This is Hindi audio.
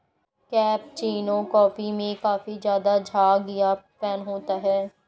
कैपेचीनो कॉफी में काफी ज़्यादा झाग या फेन होता है